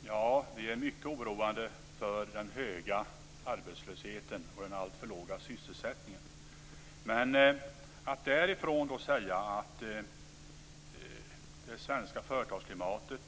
Fru talman! Vi är mycket oroade över den höga arbetslösheten och den alltför låga sysselsättningen. Men jag kan inte gå därifrån till att säga att det svenska företagsklimatet